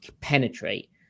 penetrate